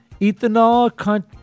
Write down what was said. ethanol